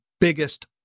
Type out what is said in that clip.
biggest